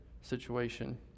situation